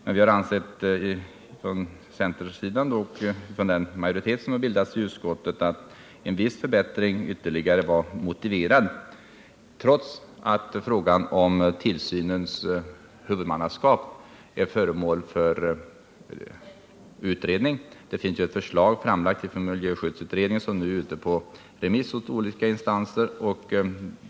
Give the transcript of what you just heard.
Men vi inom centern tillhör den majoritet som bildats i utskottet och som har ansett att ytterligare förbättring är motiverad trots att frågan om tillsynens huvudmannaskap är föremål för utredning. Det finns ju ett förslag framlagt från miljöskyddsutredningen som nu är ute på remiss till olika instanser.